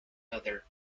other